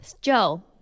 Joe